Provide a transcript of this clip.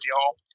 y'all